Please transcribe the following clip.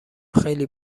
خیلی